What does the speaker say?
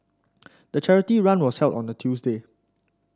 the charity run was held on a Tuesday